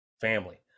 Family